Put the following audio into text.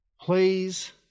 Please